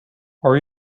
are